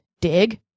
dig